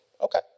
Okay